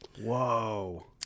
Whoa